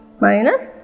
Minus